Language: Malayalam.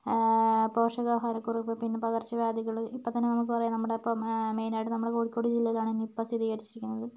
പോഷകാഹാരക്കുറവ് പിന്നെ പകർച്ച വ്യാധികള് ഇപ്പത്തന്നെ നമുക്ക് പറയാം നമ്മടൊപ്പം മെയ്നായിട്ടു നമ്മുടെ കോഴിക്കോട് ജില്ലയിലാണ് നിപ്പ സ്ഥിതീകരിച്ചിരിക്കുന്നത്